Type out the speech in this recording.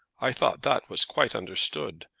i thought that was quite understood.